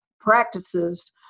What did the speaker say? practices